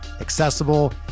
accessible